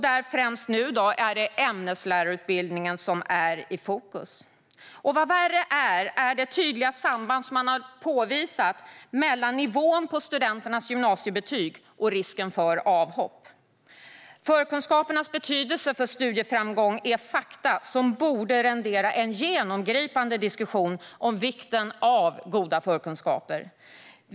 Det är främst ämneslärarutbildningen som är i fokus. Vad värre är, är det tydliga samband som har påvisats mellan nivån på studenternas gymnasiebetyg och risken för avhopp. Förkunskapernas betydelse för studieframgång är fakta som borde rendera en genomgripande diskussion om vikten av goda förkunskaper.